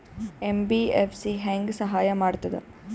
MBFC ಹೆಂಗ್ ಸಹಾಯ ಮಾಡ್ತದ?